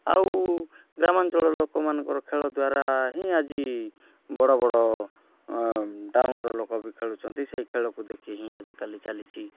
ଆଉ ଗ୍ରାମାଞ୍ଚଳଲୋକମାନଙ୍କର ଖେଳଦ୍ୱାରା ହିଁ ଆଜି ବଡ଼ବଡ଼ ଟାଉନ୍ର ଲୋକବି ଖେଳୁଛନ୍ତି ସେ ଖେଳକୁ ଦେଖି ହିଁ ଆଜିକାଲି ଚାଲିଛି